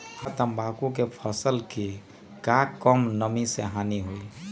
हमरा तंबाकू के फसल के का कम नमी से हानि होई?